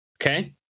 okay